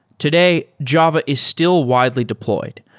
today, java is still widely deployed,